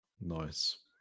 Nice